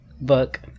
book